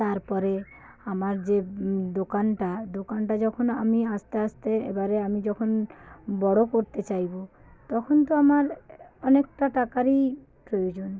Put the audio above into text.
তার পরে আমার যে দোকানটা দোকানটা যখন আমি আস্তে আস্তে এবারে আমি যখন বড় করতে চাইব তখন তো আমার অনেকটা টাকারই প্রয়োজন